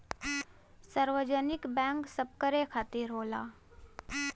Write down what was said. सार्वजनिक बैंक सबकरे खातिर होला